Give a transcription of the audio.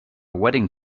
wedding